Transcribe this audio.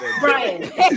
Brian